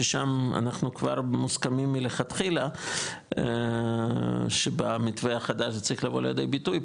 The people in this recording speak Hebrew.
ששם אנחנו כבר מוסכמים מלכתחילה שבמתווה החדש זה צריך לבוא לידי ביטוי,